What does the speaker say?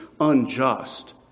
unjust